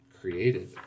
created